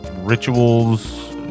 rituals